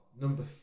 Number